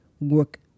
work